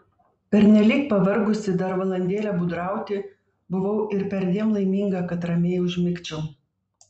pernelyg pavargusi dar valandėlę būdrauti buvau ir perdėm laiminga kad ramiai užmigčiau